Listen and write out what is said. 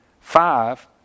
Five